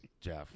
Jeff